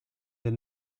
del